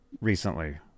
recently